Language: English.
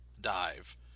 dive